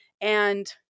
And-